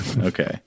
Okay